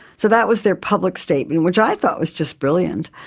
so that was their public statement, which i thought was just brilliant.